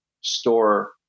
store